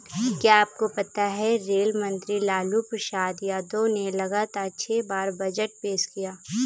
क्या आपको पता है रेल मंत्री लालू प्रसाद यादव ने लगातार छह बार बजट पेश किया?